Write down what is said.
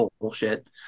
bullshit